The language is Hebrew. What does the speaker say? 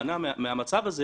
אם היא מבקשת להימנע מהמצב הזה,